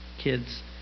kids